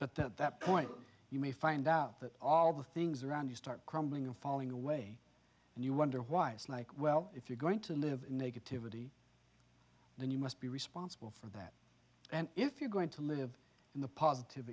but that that point you may find out that all the things around you start crumbling and falling away and you wonder why it's like well if you're going to live in a get to vittie then you must be responsible for that and if you're going to live in the positive